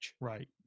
right